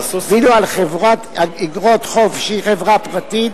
ואילו על חברת איגרות חוב שהיא חברה פרטית,